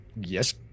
Yes